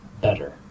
better